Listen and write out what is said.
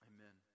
Amen